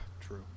true